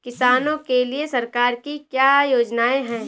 किसानों के लिए सरकार की क्या योजनाएं हैं?